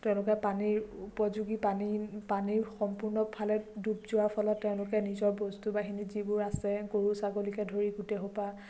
তেওঁলোকে পানীৰ উপযোগী পানীৰ পানীৰ সম্পূৰ্ণ ফালে ডুব যোৱাৰ ফলত তেওঁলোকে নিজৰ বস্তু বাহানি যিবোৰ আছে গৰু ছাগলীকে ধৰি গোটেইসোপা